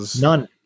None